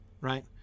right